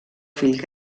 fill